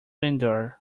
endure